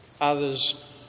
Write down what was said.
Others